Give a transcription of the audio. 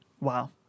Wow